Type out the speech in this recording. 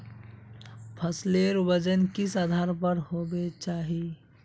फसलेर वजन किस आधार पर होबे चही?